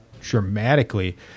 dramatically